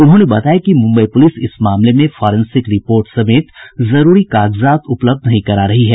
उन्होंने बताया कि मुम्बई पुलिस इस मामले में फारेंसिक रिपोर्ट समेत जरूरी कागजात उपलब्ध नहीं करा रही है